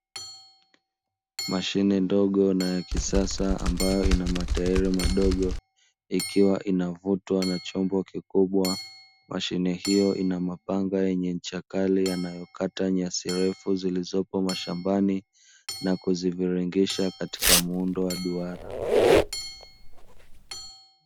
Mashine ndogo na yakisasa yenye matairi madogo ikiwa inavutwa na chombo kikubwa, mashine hiyo Ina mapanga yenye ncha kali yanayokata nyasi ndefu zilizopo shambani na kuziviringisha katika muundo wa duara.